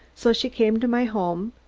so she came to my home,